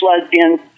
lesbians